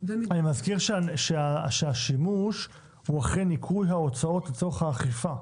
אני מזכיר שהשימוש הוא אכן ניכוי ההוצאות לצורך האכיפה,